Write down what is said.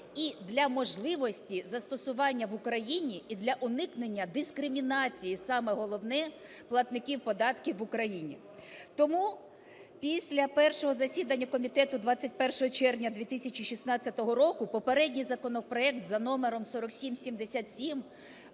і для можливості застосування в Україні, і для уникнення дискримінації, саме головне, платників податків в Україні. Тому після першого засідання комітету 21 червня 2016 року попередній законопроект за номером 4777